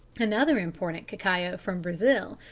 another important cacao from brazil,